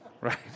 right